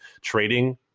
trading